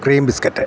cream biscuit